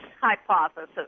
hypothesis